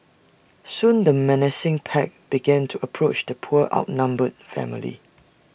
soon the menacing pack began to approach the poor outnumbered family